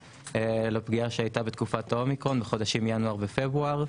לפגיעה שהייתה בתקופת האומיקרון בחודשים ינואר ופברואר.